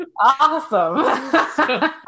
awesome